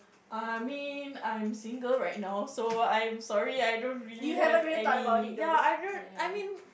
I mean I'm single right now so I'm sorry I don't really have any ya I don't I mean